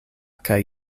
kaj